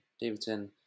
Davidson